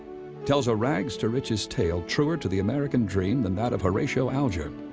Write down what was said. tells a rags to riches tale truer to the american dream than that of horatio alger